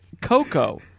Coco